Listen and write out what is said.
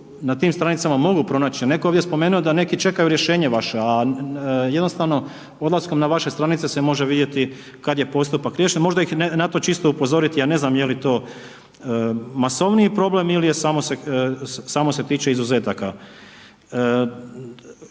na tim stranicama mogu pronaći. Netko je ovdje spomenuo da neki čekaju rješenja vaše, a jednostavno, odlaskom na vaše stranice se može vidjeti kad je postupak riješen, možda ih na to čisto upozoriti. Ja ne znam je li to masovniji problem ili se samo tiče izuzetaka.